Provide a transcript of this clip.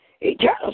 Eternal